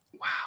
Wow